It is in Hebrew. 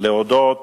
להודות,